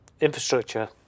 infrastructure